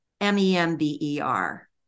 M-E-M-B-E-R